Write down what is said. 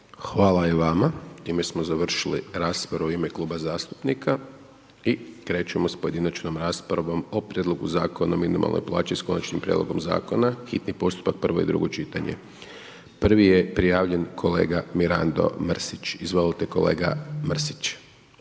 Hvala i vama. Time smo završili raspravu u ime kluba zastupnika i krećemo s pojedinačnom raspravom o prijedlogu Zakona o minimalnoj plaći s Konačnim prijedloga Zakona, hitni postupak, prvo i drugo čitanje. Prvi je prijavljen kolega Mirando Mrsić. Izvolite kolega Mrsić.